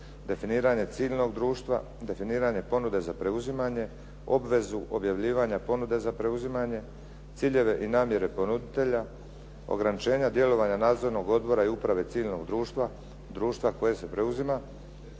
definirano ciljnog društva, definiranje ponude za preuzimanje, obvezu objavljivanja ponude za preuzimanje, ciljeve i namjere ponuditelja, ograničenja djelovanja nadzornog odbora i uprave ciljnog društva, društva koje se preuzima,